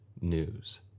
news